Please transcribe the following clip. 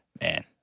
man